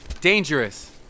Dangerous